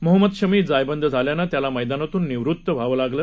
महम्मदशमीजायबंदीझाल्यानंत्यालामैदानातूननिवृत्तव्हावंलागलं